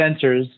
sensors